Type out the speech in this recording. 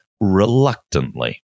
reluctantly